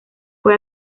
fue